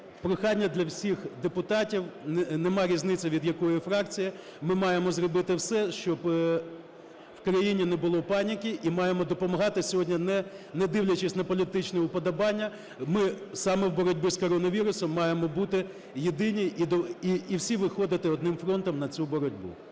прохання для всіх депутатів, нема різниці від якої фракції. Ми маємо зробити все, щоб в країні не було паніки, і маємо допомагати сьогодні, не дивлячись на політичне уподобання, ми саме в боротьбі з коронавірусом маємо бути єдині і всі виходити одним фронтом на цю боротьбу.